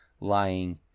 lying